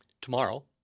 tomorrow